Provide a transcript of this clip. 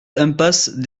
impasse